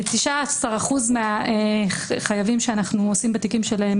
19% מהחייבים שאנו עושים בתיקים שלהם